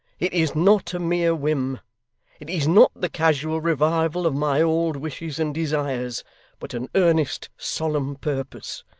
it is not a mere whim it is not the casual revival of my old wishes and desires but an earnest, solemn purpose.